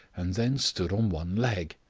and then stood on one leg.